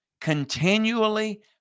Continually